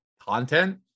content